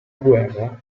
guerra